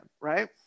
right